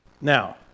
Now